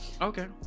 okay